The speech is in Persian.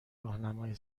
راهنمای